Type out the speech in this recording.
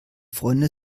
freunde